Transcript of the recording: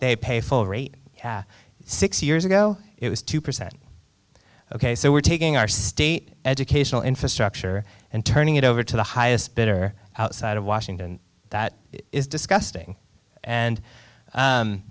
they pay full rate six years ago it was two percent ok so we're taking our state educational infrastructure and turning it over to the highest bidder outside of washington that is disgusting and